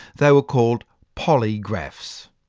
they were called polygraphs.